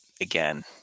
again